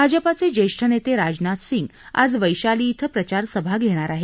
भाजपाचे ज्येष्ठ नेते राजनाथ सिंग आज वैशाली कें प्रचारसभा घेणार आहेत